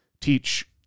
teach